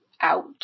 out